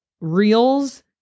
Reels